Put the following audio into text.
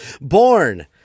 Born